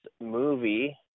movie